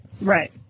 Right